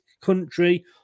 country